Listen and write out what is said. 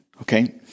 Okay